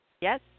Yes